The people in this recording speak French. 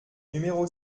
numéro